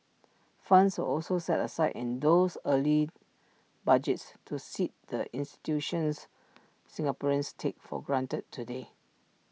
funds were also set aside in those early budgets to seed the institutions Singaporeans take for granted today